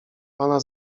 pana